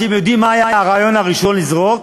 אתם יודעים מה היה הרעיון הראשון לזרוק?